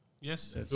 Yes